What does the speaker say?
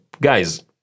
guys